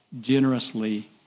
generously